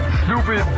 stupid